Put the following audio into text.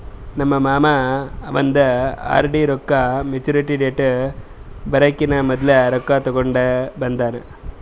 ನಮ್ ಮಾಮಾ ಅವಂದ್ ಆರ್.ಡಿ ರೊಕ್ಕಾ ಮ್ಯಚುರಿಟಿ ಡೇಟ್ ಬರಕಿನಾ ಮೊದ್ಲೆ ರೊಕ್ಕಾ ತೆಕ್ಕೊಂಡ್ ಬಂದಾನ್